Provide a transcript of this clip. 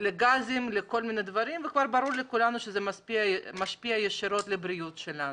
לגזים וכולי וכבר ברור לכולנו שזה משפיע ישירות על הבריאות שלנו.